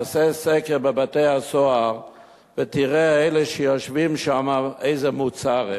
תעשה סקר בבתי-הסוהר ותראה אלה שיושבים שם איזה מוצר הם,